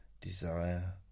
Desire